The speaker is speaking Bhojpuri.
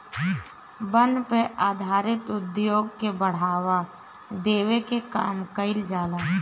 वन पे आधारित उद्योग के बढ़ावा देवे के काम कईल जाला